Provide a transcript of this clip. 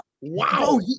Wow